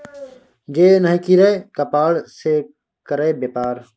जे नहि करय कपाड़ से करय बेपार